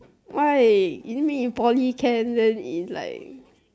why leave me in poly can then it's like